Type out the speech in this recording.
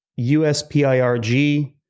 USPIRG